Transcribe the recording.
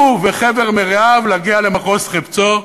הוא וחבר מרעיו, להגיע למחוז חפצו?